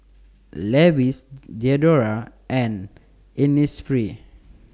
Levi's Diadora and Innisfree